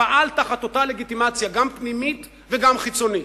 פעל תחת אותה לגיטימציה, גם פנימית וגם חיצונית.